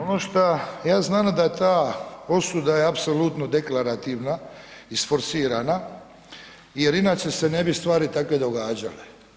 Ono što ja znam da je ta osuda je apsolutno deklarativna, isforsirana jer inače se ne bi stvari takve događale.